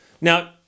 Now